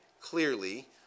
clearly